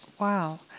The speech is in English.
Wow